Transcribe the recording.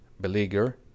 beleaguer